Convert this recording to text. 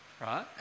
Right